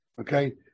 Okay